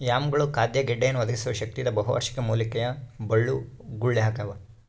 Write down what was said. ಯಾಮ್ಗಳು ಖಾದ್ಯ ಗೆಡ್ಡೆಯನ್ನು ಒದಗಿಸುವ ಶಕ್ತಿಯುತ ಬಹುವಾರ್ಷಿಕ ಮೂಲಿಕೆಯ ಬಳ್ಳಗುಳಾಗ್ಯವ